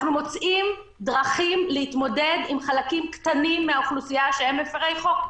אנחנו מוצאים דרכים להתמודד עם חלקים קטנים מהאוכלוסייה שהם מפרי חוק.